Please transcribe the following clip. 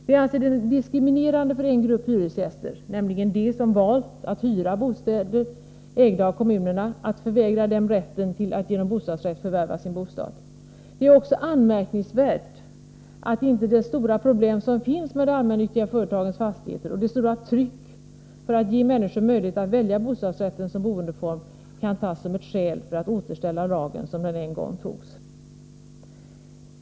Vi anser det diskriminerande för en grupp hyresgäster, nämligen de som valt att hyra bostäder ägda av kommunerna, att förvägra dem rätten till att genom bostadsrätt förvärva sin bostad. Det är också anmärkningsvärt att inte de stora problem som finns med de allmännyttiga företagens fastigheter och det stora tryck som finns för att ge människor möjlighet att välja bostadsrätten som boendeform kan tas som ett skäl för att återställa lagen som den en gång togs.